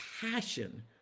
passion